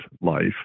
life